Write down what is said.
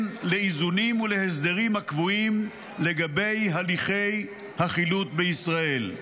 לאיזונים ולהסדרים הקבועים לגבי הליכי חילוט בישראל.